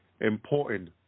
important